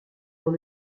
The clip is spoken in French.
dans